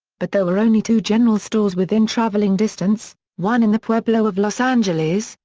but there were only two general stores within traveling distance, one in the pueblo of los angeles,